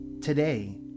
Today